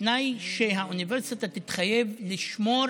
בתנאי שהאוניברסיטה תתחייב לשמור